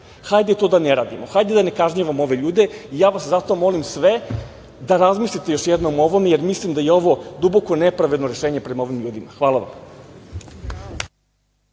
to da ne radimo. Hajde da ne kažnjavamo ove ljude i ja vas zato molim sve da razmislite još jednom o ovom jer mislim da je ovo duboko nepravedno rešenje prema ovim ljudima. Hvala.